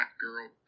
girl